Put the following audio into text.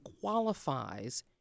qualifies